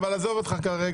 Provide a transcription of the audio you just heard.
אבל עזוב אותך כרגע.